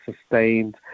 sustained